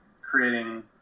creating